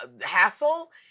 hassle